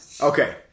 Okay